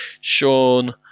sean